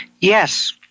Yes